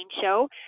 Show